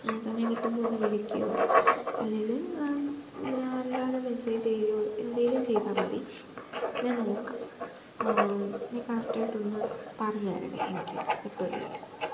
സമയം കിട്ടുമ്പോൾ ഒന്നു വിളിക്കുമോ അല്ലേല് അല്ലാതെ മെസ്സേജ് ചെയ്യുമോ എന്തെങ്കിലും ചെയ്താൽ മതി ഞാൻ നോക്കാം നീ കറക്റ്റായിട്ടൊന്നു പറഞ്ഞു തരണേ എനിക്ക് ഇപ്പോഴേ